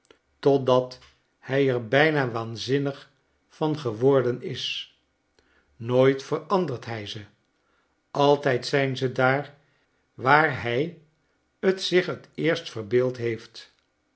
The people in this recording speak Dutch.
totdat hij er bijna waanzinnig van geworden is nooit verandert hij ze altijd zijn ze daar waar hij t zich het eerst verbeeld heeft